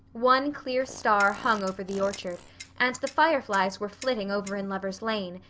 one clear star hung over the orchard and the fireflies were flitting over in lover's lane,